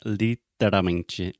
literalmente